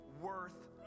worth